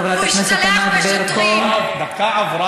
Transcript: הבורות והשקר שלך, חברת הכנסת ענת ברקו, תודה.